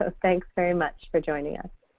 ah thanks very much for joining us.